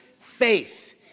faith